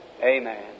amen